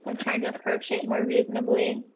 i'm trying to approach it more reasonably